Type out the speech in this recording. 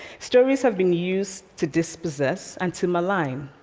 stories have been used to dispossess and to malign,